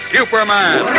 Superman